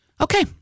Okay